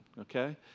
okay